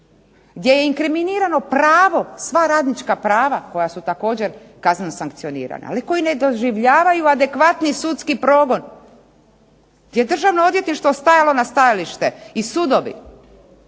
gdje je inkriminirano pravo sva radnička prava koja su također kazneno sankcionirana, ali koji ne doživljavaju adekvatni sudski progon, gdje je Državno odvjetništvo stajalo na stajalište i sudovi,